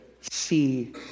see